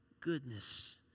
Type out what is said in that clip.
goodness